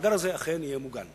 שהמאגר הזה אכן יהיה מוגן.